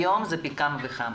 היום זה פי כמה וכמה.